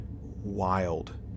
wild